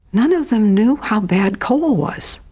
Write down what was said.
none of them knew how bad coal was.